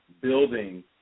building